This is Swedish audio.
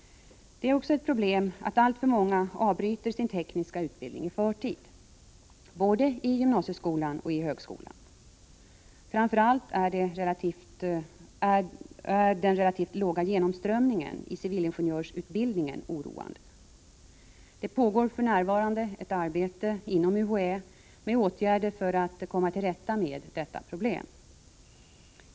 Det är också ett problem att alltför många avbryter sin tekniska utbildning i förtid, både i gymnasieskolan och i högskolan. Framför allt är den relativt låga genomströmningen i civilingenjörsutbildningen oroande. Det pågår för närvarande ett arbete inom UHÄ med åtgärder för att komma till rätta med detta problem.